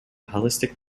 holistic